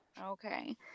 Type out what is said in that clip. Okay